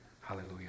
Hallelujah